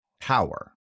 power